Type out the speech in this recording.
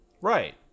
Right